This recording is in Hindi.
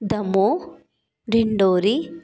धम्मो ढिंडोरी